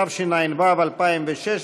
התשע"ו 2016,